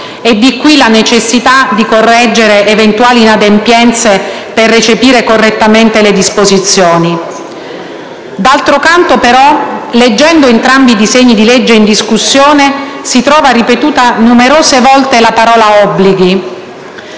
di qui, la necessità di correggere eventuali inadempienze per recepire correttamente le disposizioni. D'altro canto, però, leggendo entrambi i disegni di legge in discussione, si trova ripetuta numerose volte la parola «obblighi».